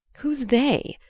who's they?